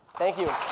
thank you.